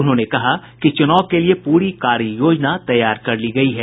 उन्होंने कहा कि चुनाव के लिए पूरी कार्ययोजना तैयार कर ली गयी है